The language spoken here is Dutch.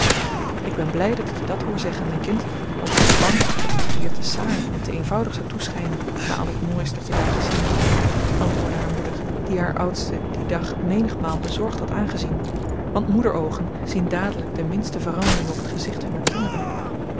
ik ben blij dat ik je dat hoor zeggen mijn kind want ik was bang dat het je hier te saai en te eenvoudig zou toeschijnen na al het moois dat je daar gezien hebt antwoordde haar moeder die haar oudste dien dag menigmaal bezorgd had aangezien want moederoogen zien dadelijk de minste verandering op het gezicht hunner kinderen